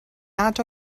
nad